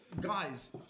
guys